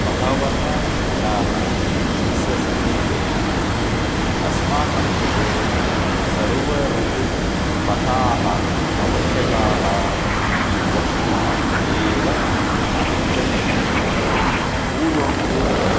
बहवः जनाः तस्य समीपे अस्माकं कृते सर्व ऋतुपथाः आवश्यकाः इति वक्तुम् एव आगच्छन्ति पूर्वं तु